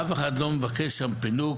אף אחד לא מבקש שם פינוק,